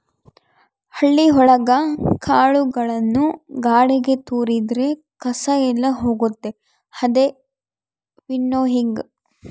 ಹಳ್ಳಿ ಒಳಗ ಕಾಳುಗಳನ್ನು ಗಾಳಿಗೆ ತೋರಿದ್ರೆ ಕಸ ಎಲ್ಲ ಹೋಗುತ್ತೆ ಅದೇ ವಿನ್ನೋಯಿಂಗ್